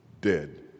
dead